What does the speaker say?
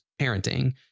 parenting